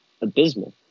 abysmal